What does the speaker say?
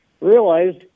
realized